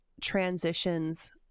transitions